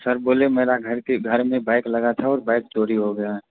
sir बोलिए मेरा घंटीघर में बैग लगा था ओर बैग चोरी हो गया है